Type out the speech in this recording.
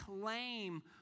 claim